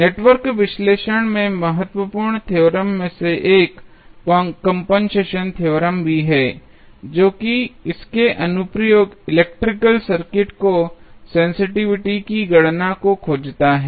network विश्लेषण में महत्वपूर्ण थेओरेम्स में से 1 कंपनसेशन थ्योरम भी है जो कि इसके अनुप्रयोग इलेक्ट्रिकल सर्किट की सेंसिटिविटी की गणना को खोजता है